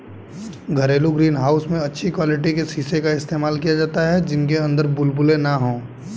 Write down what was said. घरेलू greenhouse में अच्छी क्वालिटी के शीशे का इस्तेमाल किया जाता है जिनके अंदर बुलबुले ना हो